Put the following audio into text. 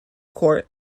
court